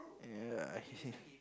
ya